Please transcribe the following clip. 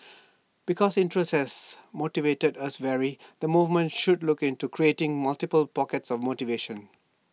because interests has motivate us vary the movement should look into creating multiple pockets of motivation